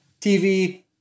TV